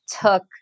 took